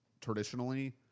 traditionally